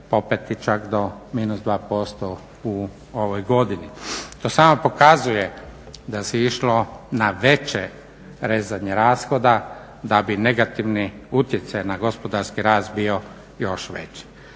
popeti čak na minus 2% u ovoj godini. To samo pokazuje da se išlo na veće rezanje rashoda da bi negativni utjecaj na gospodarski rast bio još veći.